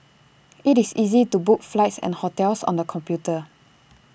IT is easy to book flights and hotels on the computer